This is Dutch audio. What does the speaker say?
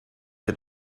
het